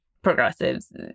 Progressives